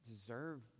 deserve